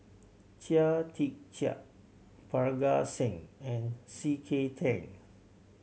Chia Tee Chiak Parga Singh and C K Tang